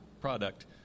product